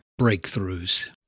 breakthroughs